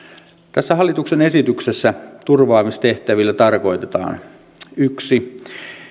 tässä hallituksen esityksessä turvaamistehtävillä tarkoitetaan yksi